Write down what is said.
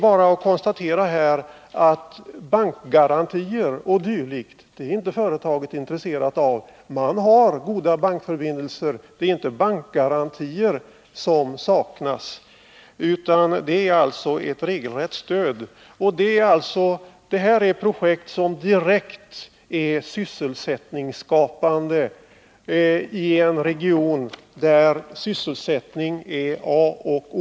Bankgarantier o. d. är inte företaget intresserat av — det har goda bankförbindelser. Det är alltså inte bankgarantier som saknas, utan det är ett regelrätt stöd. Och detta är projekt som är direkt sysselsättningsskapande i en region där sysselsättning är A och O.